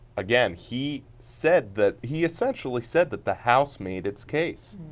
again, he said that he essentially said that the house made its case.